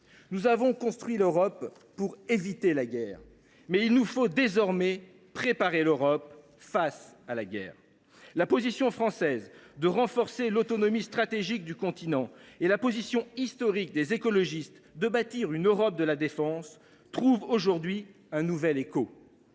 Nous avons construit l’Europe pour éviter la guerre, mais il nous faut désormais préparer l’Europe face à la guerre. La position française, qui consiste à renforcer l’autonomie stratégique du continent, et la position historique des écologistes de bâtir une Europe de la défense trouvent aujourd’hui un nouvel écho.